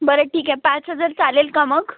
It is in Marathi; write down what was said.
बरं ठीक आहे पाच हजार चालेल का मग